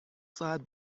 ساعت